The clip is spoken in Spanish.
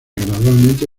gradualmente